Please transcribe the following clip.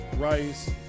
rice